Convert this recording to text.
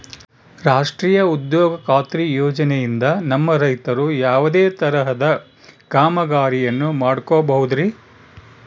ರಾಷ್ಟ್ರೇಯ ಉದ್ಯೋಗ ಖಾತ್ರಿ ಯೋಜನೆಯಿಂದ ನಮ್ಮ ರೈತರು ಯಾವುದೇ ತರಹದ ಕಾಮಗಾರಿಯನ್ನು ಮಾಡ್ಕೋಬಹುದ್ರಿ?